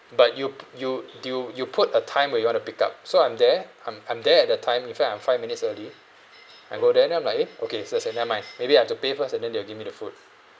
but you put you due you put a time when you want to pick up so I'm there I'm I'm there at the time in fact I'm five minutes early I go there and then I'm like eh okay so I said never mind maybe I've to pay first and then they will give me the food